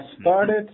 started